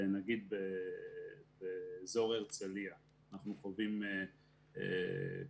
נגיד באזור הרצליה אנחנו חווים קשיים